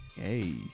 Hey